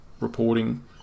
reporting